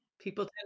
People